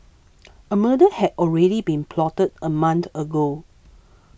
a murder had already been plotted a month ago